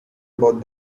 about